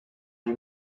lui